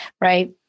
Right